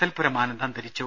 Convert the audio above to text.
L പുരം ആനന്ദ് അന്തരിച്ചു